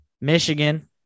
Michigan